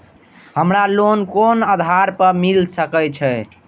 हमरा लोन कोन आधार पर मिल सके छे?